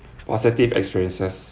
positive experiences